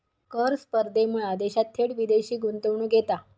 कर स्पर्धेमुळा देशात थेट विदेशी गुंतवणूक येता